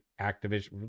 Activision